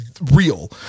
real